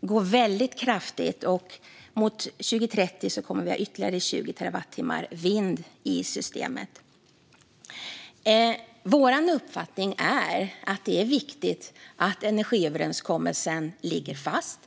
går väldigt starkt. Framemot 2030 kommer vi att ha ytterligare 20 terawattimmar vindkraft i systemet. Vår uppfattning är att det är viktigt att energiöverenskommelsen ligger fast.